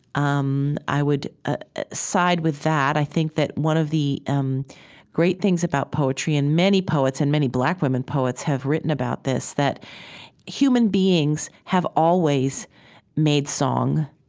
um i would ah side with that. i think that one of the um great things about poetry, and many poets and many black women poets have written about this that human beings have always made song.